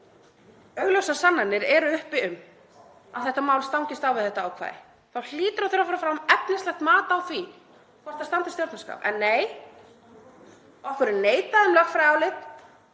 augljósar sannanir eru uppi um að þetta mál stangast á við þetta ákvæði þá hlýtur að þurfa fara fram efnislegt mat á því hvort það standist stjórnarskrá. En nei, okkur er neitað um lögfræðiálit,